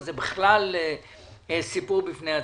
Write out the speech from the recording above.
אז זה בכלל סיפור בפני עצמו.